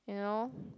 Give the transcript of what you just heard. you know